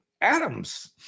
Adams